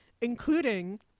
including